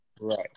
right